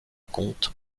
compte